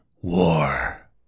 War